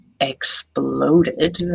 exploded